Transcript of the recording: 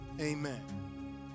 Amen